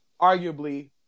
arguably –